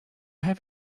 have